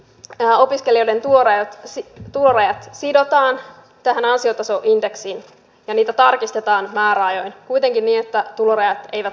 lisäksi myöskin opiskelijoiden tulorajat sidotaan ansiotasoindeksiin ja niitä tarkistetaan määräajoin kuitenkin niin että tulorajat eivät laske